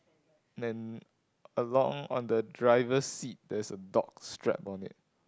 and along on the driver's seat there's a dog strap on it